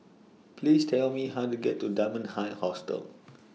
Please Tell Me How to get to Dunman High Hostel